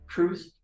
Truth